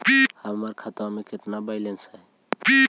हमर खतबा में केतना बैलेंस हई?